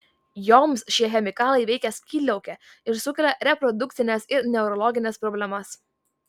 joms šie chemikalai veikia skydliaukę ir sukelia reprodukcines ir neurologines problemas